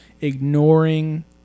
ignoring